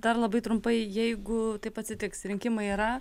dar labai trumpai jeigu taip atsitiks rinkimai yra